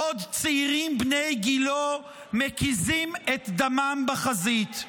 בעוד שצעירים בני גילו מקיזים את דמם בחזית?